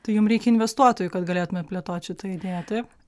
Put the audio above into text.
tai jum reikia investuotojų kad galėtumėt plėtot šitą idėją taip